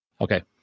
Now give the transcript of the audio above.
Okay